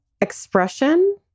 expression